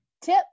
Tip